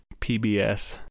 pbs